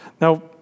Now